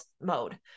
mode